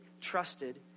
trusted